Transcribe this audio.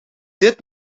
dit